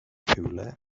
rhywle